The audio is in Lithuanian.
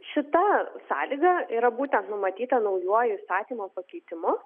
šita sąlyga yra būtent numatyta naujuoju įstatymo pakeitimu